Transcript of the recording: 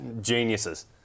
geniuses